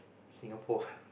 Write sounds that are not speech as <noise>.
Singapore <laughs>